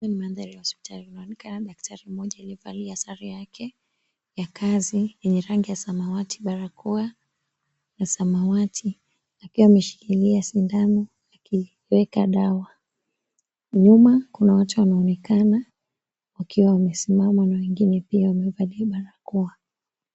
Hii ni mandhari ya hospitali, unaonekana daktari mmoja aliyevaa sare yake ya kazi yenye rangi ya samawati barakoa ya samawati akiwa ameshikilia sindano akiweka dawa. Nyuma kuna watu wanaonekana wakiwa wamesimama na wengine wamevalia barakoa.